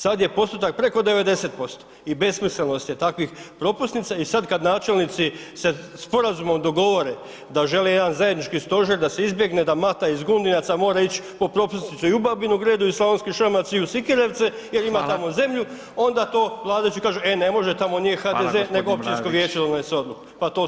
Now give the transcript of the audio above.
Sad je postotak preko 90% i besmislenost je takvih propusnica i sad kad načelnici se sporazumom dogovore da žele jedan zajednički stožer da se izbjegne da Mata iz Gundijaca mora ić po propusnicu i u Babinu Gredu i u Slavonski Šamac i u Sikirijevce [[Upadica: Fala]] jer ima tamo zemlju onda to vladajući kažu, e ne može, tamo nije HDZ, [[Upadica: Fala g. Vlaović]] nego općinsko vijeće donosi odluku, pa to su općine.